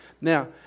Now